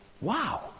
wow